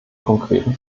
konkreten